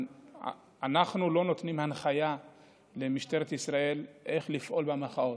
אנחנו לא נותנים הנחיה למשטרת ישראל איך לפעול במחאות.